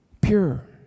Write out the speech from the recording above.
Pure